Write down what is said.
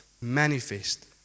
manifest